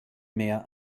mehr